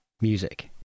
music